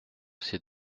ces